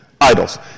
idols